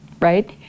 right